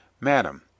MADAM